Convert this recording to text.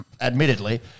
Admittedly